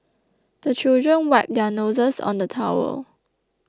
the children wipe their noses on the towel